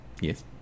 Yes